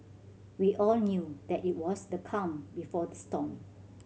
we all knew that it was the calm before the storm